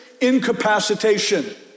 incapacitation